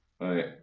Right